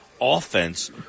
offense